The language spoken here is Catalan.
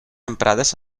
emprades